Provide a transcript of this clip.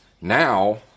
Now